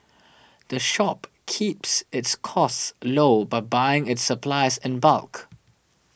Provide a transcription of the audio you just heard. the shop keeps its costs low by buying its supplies in bulk